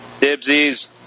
Dibsies